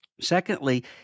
Secondly